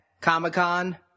Comic-Con